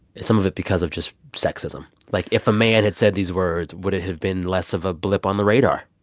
some of it because of just sexism? like, if a man had said these words, would it have been less of a blip on the radar?